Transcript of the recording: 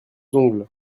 ongles